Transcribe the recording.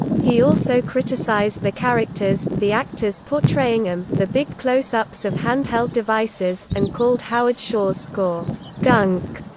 he also criticized the characters, the actors portraying them, the big close-ups of hand-held devices, and called howard shore's score gunk.